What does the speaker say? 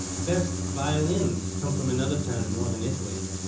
the best violins come from another town in northern italy.